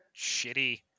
Shitty